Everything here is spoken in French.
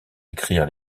écrire